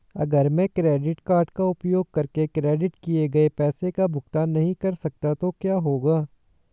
अगर मैं credit card का उपयोग करके क्रेडिट किए गए पैसे का भुगतान नहीं कर सकता तो क्या होगा?